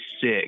sick